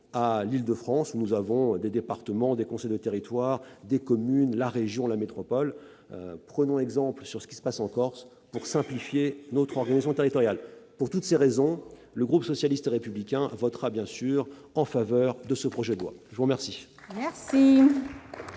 à l'Île-de-France, où l'on trouve des départements, des conseils de territoire, des communes, la région, la métropole ... Prenons exemple sur ce qui se passe en Corse pour simplifier notre organisation territoriale ! Pour toutes ces raisons, le groupe socialiste et républicain votera évidemment en faveur de ce projet de loi. La parole est à M.